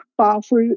powerful